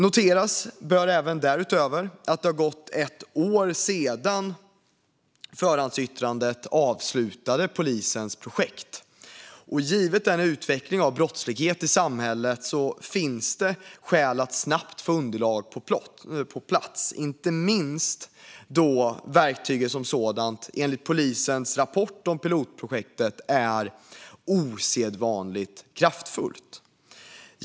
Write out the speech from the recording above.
Noteras bör även att det har gått ett år sedan förhandsyttrandet avslutade polisens projekt. Givet utvecklingen av brottsligheten i samhället finns skäl att snabbt få underlag på plats, inte minst då verktyget som sådant, enligt polisens rapport om pilotprojektet, är osedvanligt kraftfullt.